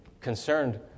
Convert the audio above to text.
concerned